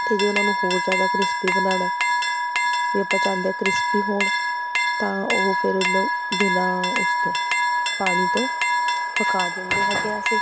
ਅਤੇ ਜੇ ਉਹਨਾਂ ਨੂੰ ਹੋਰ ਜ਼ਿਆਦਾ ਕ੍ਰਿਸਪੀ ਬਣਾਉਣਾ ਵੀ ਆਪਾਂ ਚਾਹੁੰਦੇ ਹਾਂ ਕ੍ਰਿਸਪੀ ਹੋਣ ਤਾਂ ਉਹ ਫਿਰ ਉਹਨੂੰ ਬਿਨਾਂ ਉਸ ਤੋਂ ਪਾਣੀ ਤੋਂ ਪਕਾ ਦਿੰਦੇ ਹੈਗੇ ਅਸੀਂ